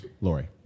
Lori